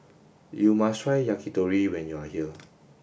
you must try Yakitori when you are here